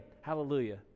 Hallelujah